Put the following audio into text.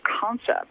concept